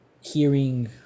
hearing